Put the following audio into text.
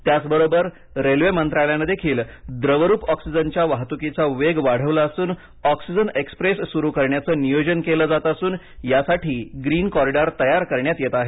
त्याचबरोबर रेल्वे मंत्रालयाने देखील द्रवरूप ऑक्सिजनच्या वाहतुकीचा वेग वाढवला असून ऑक्सिजन एक्स्प्रेस सुरु करण्याचं नियोजन केलं जात असून यासाठी ग्रीन कॉरिडॉर तयार करण्यात येत आहेत